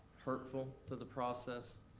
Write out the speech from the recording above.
hurtful to the process,